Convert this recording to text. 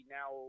now